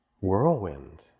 whirlwind